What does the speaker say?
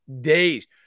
Days